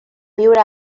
viure